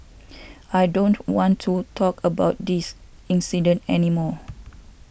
I don't want to talk about this incident any more